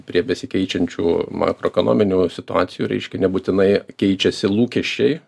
prie besikeičiančių makroekonominių situacijų reiškia nebūtinai keičiasi lūkesčiai